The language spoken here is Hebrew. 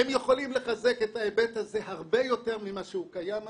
הם יכולים לחזק את ההיבט הזה הרבה יותר ממה שהוא קיים היום,